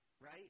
right